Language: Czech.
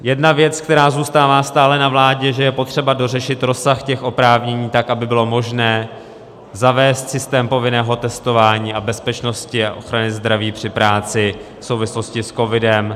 Jedna věc, která zůstává stále na vládě, že je potřeba dořešit rozsah těch oprávnění tak, aby bylo možné zavést systém povinného testování, bezpečnosti a ochrany zdraví při práci v souvislosti s covidem.